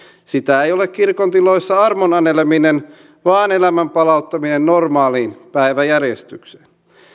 sitä ei ole kirkon tiloissa armon aneleminen vaan elämän palauttaminen normaaliin päiväjärjestykseen